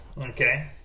Okay